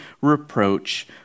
reproach